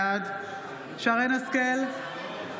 בעד שרן מרים השכל,